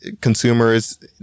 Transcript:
Consumers